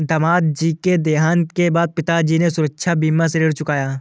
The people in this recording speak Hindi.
दादाजी के देहांत के बाद पिताजी ने सुरक्षा बीमा से ऋण चुकाया